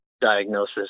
diagnosis